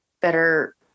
better